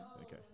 Okay